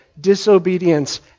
disobedience